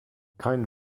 kein